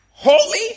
Holy